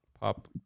pop